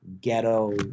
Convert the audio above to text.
Ghetto